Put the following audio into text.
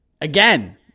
Again